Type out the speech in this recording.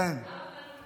הרב מלול?